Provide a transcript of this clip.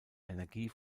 energie